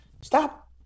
Stop